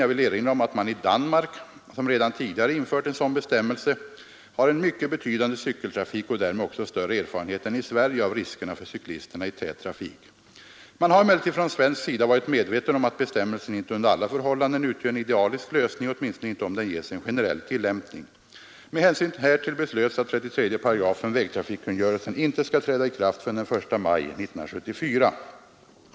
Jag vill erinra om att man i Danmark, som redan tidigare infört en sådan bestämmelse, har en mycket betydande cykeltrafik och därmed också större erfarenhet än i Sverige av riskerna för cyklisterna i tät trafik. Man har emellertid från svensk sida varit medveten om att bestämmelsen inte under alla förhållanden utgör en idealisk lösning, åtminstone inte om den ges en generell tillämpning. Med hänsyn härtill beslöts att 33 § vägtrafikkungörelsen inte skall träda i kraft förrän den 1 maj 1974.